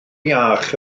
iach